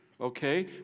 Okay